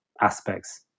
aspects